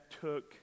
took